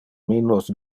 minus